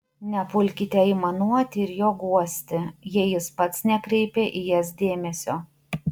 nepulkite aimanuoti ir jo guosti jei jis pats nekreipia į jas dėmesio